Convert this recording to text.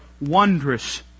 wondrous